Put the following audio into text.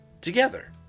together